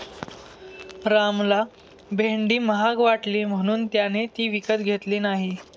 रामला भेंडी महाग वाटली म्हणून त्याने ती विकत घेतली नाही